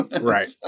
right